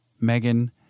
Megan